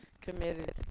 committed